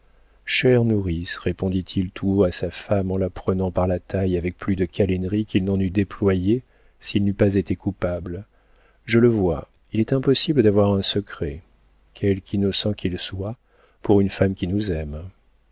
nourrice répondit-il tout haut à sa femme en la prenant par la taille avec plus de câlinerie qu'il n'en eût déployé s'il n'eût pas été coupable je le vois il est impossible d'avoir un secret quelque innocent qu'il soit pour une femme qui nous aime